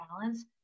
balance